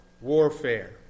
warfare